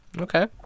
Okay